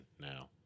now